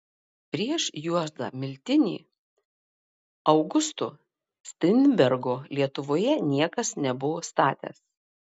prieš juozą miltinį augusto strindbergo lietuvoje niekas nebuvo statęs